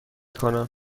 کنم